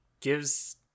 gives